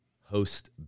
host